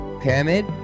Pyramid